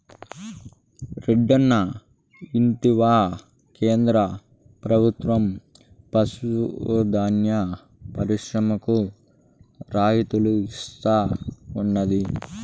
రెడ్డన్నా ఇంటివా కేంద్ర ప్రభుత్వం పశు దాణా పరిశ్రమలకు రాయితీలు ఇస్తా ఉండాది